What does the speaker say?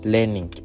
Learning